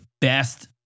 best